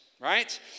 right